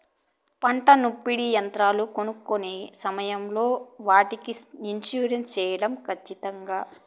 పంట నూర్పిడి యంత్రాలు కొనుక్కొనే సమయం లో వాటికి ఇన్సూరెన్సు సేయడం ఖచ్చితంగా?